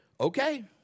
Okay